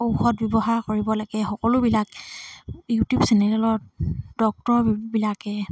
ঔষধ ব্যৱহাৰ কৰিব লাগে সকলোবিলাক ইউটিউব চেনেলত ডক্টৰবিলাকে